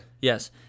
Yes